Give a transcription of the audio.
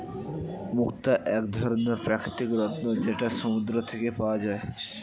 মুক্তা এক ধরনের প্রাকৃতিক রত্ন যেটা সমুদ্র থেকে পাওয়া যায়